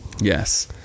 yes